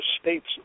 states